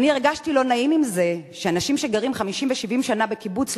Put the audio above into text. "אני הרגשתי לא נעים עם זה שאנשים שגרים 50 ו-70 שנה בקיבוץ,